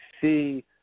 see